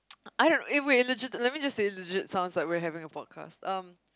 I don't eh wait legit let me just say legit sounds like we're having a podcast um